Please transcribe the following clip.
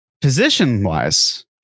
Position-wise